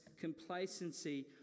complacency